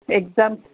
exams